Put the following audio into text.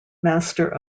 master